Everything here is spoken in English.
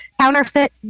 counterfeit